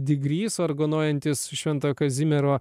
digrys vargonuojantis šventojo kazimiero